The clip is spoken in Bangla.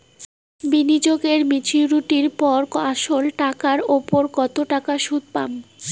বিনিয়োগ এ মেচুরিটির পর আসল এর উপর কতো টাকা সুদ পাম?